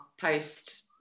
post